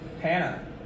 Hannah